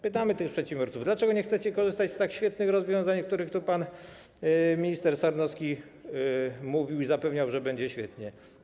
Pytamy przedsiębiorców, dlaczego nie chcą korzystać z tak świetnych rozwiązań, o których mówił pan minister Sarnowski i zapewniał, że będzie świetnie.